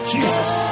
Jesus